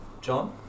John